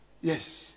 Yes